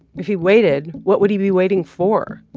if he waited, what would he be waiting for?